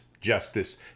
justice